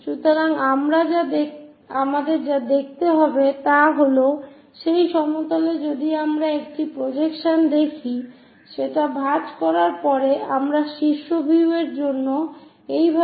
সুতরাং আমাদের যা দেখতে হবে তা হল সেই সমতলে যদি আমরা একটি প্রজেকশন দেখি সেটা ভাঁজ করার পরে আমরা শীর্ষ ভিউ এর জন্য এই ভাবে এটি দেখতে পাবো